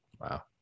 wow